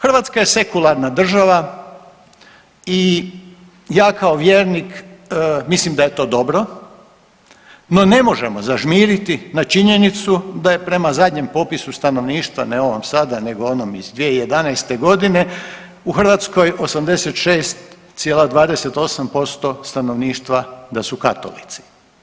Hrvatska je sekularna država i ja kao vjernik mislim da je to dobro, no ne možemo zažmiri na činjenicu da je prema zadnjem popisu stanovništva ne ovom sada nego onom iz 2011. godine u Hrvatskoj 86,28% stanovništva da su Katolici.